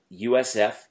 USF